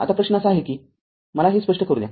आता प्रश्न असा आहे की मला हे स्पष्ट करू द्या